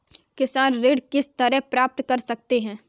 किसान ऋण किस तरह प्राप्त कर सकते हैं?